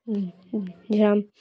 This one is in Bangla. যেরম